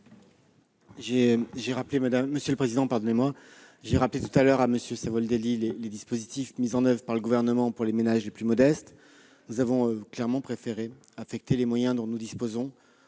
J'ai rappelé tout à l'heure à M. Savoldelli les dispositifs mis en oeuvre par le Gouvernement pour les ménages les plus modestes. Nous avons clairement préféré affecter les moyens dont nous disposons